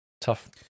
tough